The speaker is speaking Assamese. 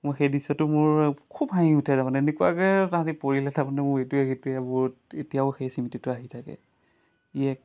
মোৰ সেই দৃশ্যটো মোৰ খুব হাঁহি উঠে তাৰমানে এনেকুৱাকৈ তাহাঁতি পৰিলে তাৰমানে মোৰ এইটোৱে সেইটোৱে মোৰ এতিয়াও সেই স্মৃতিটো আহি থাকে ই এক